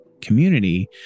community